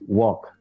walk